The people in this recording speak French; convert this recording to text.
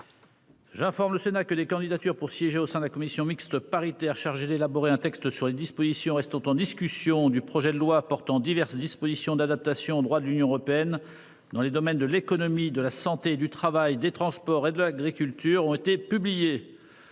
J'informe le Sénat que les candidatures pour siéger au sein de la commission mixte paritaire chargée d'élaborer un texte sur les dispositions restant en discussion du projet de loi portant diverses dispositions d'adaptation au droit de l'Union européenne dans les domaines de l'économie de la santé, du travail des transports et de l'agriculture ont été publiés.